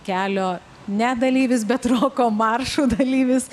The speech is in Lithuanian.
kelio ne dalyvis bet roko maršo dalyvis